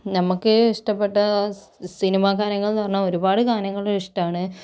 നമുക്ക് ഇഷപ്പെട്ട സിനിമ ഗാനങ്ങൾന്ന് പറഞ്ഞാൽ ഒരുപാട് ഗാനങ്ങള് ഇഷ്ടാണ്